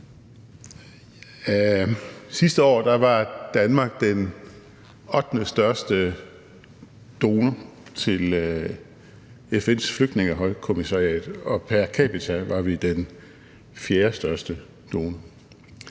Sidste år var Danmark den ottendestørste donor til FN's Flygtningehøjkommissariat, og pr. capita var vi den fjerdestørste donor.